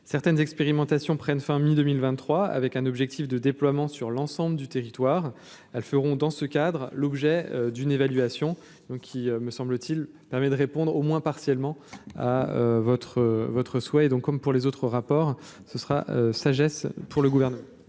certaines expérimentations prenne fin mi-2023 avec un objectif de déploiement sur l'ensemble du territoire, elles feront dans ce cadre, l'objet d'une évaluation donc il me semble-t-il, permet de répondre au moins partiellement, votre votre souhait donc, comme pour les autres rapports ce sera sagesse pour le gouvernement.